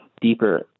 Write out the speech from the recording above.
deeper